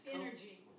Energy